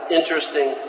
interesting